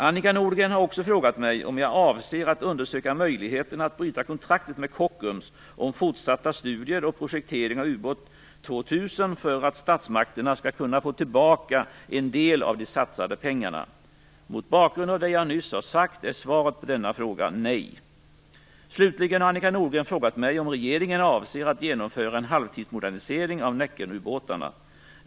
Annika Nordgren har också frågat mig om jag avser att undersöka möjligheten att bryta kontraktet med Kockums om fortsatta studier och projektering av ubåt 2000 för att statsmakterna skall kunna få tillbaka en del av de satsade pengarna. Mot bakgrund av det som jag nyss har sagt är svaret på frågan nej. Slutligen har Annika Nordgren frågat mig om regeringen avser att genomföra en halvtidsmodernisering av Näckenubåtarna.